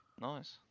Nice